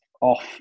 Off